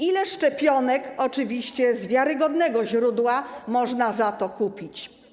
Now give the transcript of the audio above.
Ile szczepionek, oczywiście z wiarygodnego źródła, można za to kupić?